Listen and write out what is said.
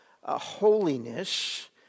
holiness